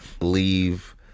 leave